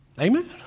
Amen